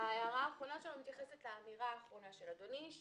האחרונה שלנו מתייחסת לאמירה האחרונה של אדוני,